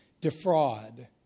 defraud